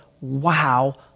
wow